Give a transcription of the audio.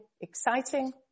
exciting